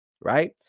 right